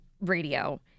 radio